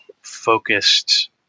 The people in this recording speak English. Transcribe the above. focused